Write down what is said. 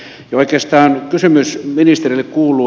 ja oikeastaan kysymys ministerille kuuluu